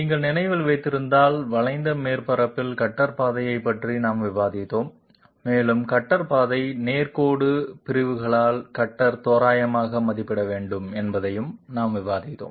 நீங்கள் நினைவில் வைத்திருந்தால் வளைந்த மேற்பரப்பில் கட்டர் பாதையைப் பற்றி நாம் விவாதித்தோம் மேலும் கட்டர் பாதையை நேர் கோடு பிரிவுகளால் கட்டர் தோராயமாக மதிப்பிட வேண்டும் என்பதையும் நாம் விவாதித்தோம்